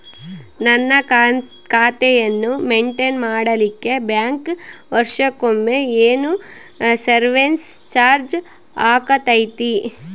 ನನ್ನ ಖಾತೆಯನ್ನು ಮೆಂಟೇನ್ ಮಾಡಿಲಿಕ್ಕೆ ಬ್ಯಾಂಕ್ ವರ್ಷಕೊಮ್ಮೆ ಏನು ಸರ್ವೇಸ್ ಚಾರ್ಜು ಹಾಕತೈತಿ?